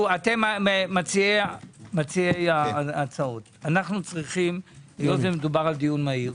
מציעי ההצעות, היות שמדובר בדיון מהיר,